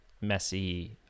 messy